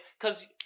cause